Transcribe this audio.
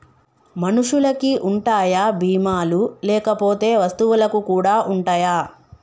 మనుషులకి ఉంటాయా బీమా లు లేకపోతే వస్తువులకు కూడా ఉంటయా?